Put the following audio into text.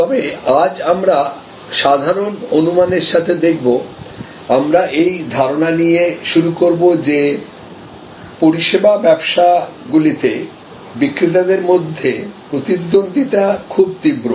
তবে আজ আমরা সাধারণ অনুমানের সাথে দেখব আমরা এই ধারণা নিয়ে শুরু করব যে পরিষেবা ব্যবসায়গুলিতে বিক্রেতাদের মধ্যে প্রতিদ্বন্দ্বিতা খুব তীব্র